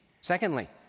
Secondly